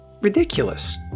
ridiculous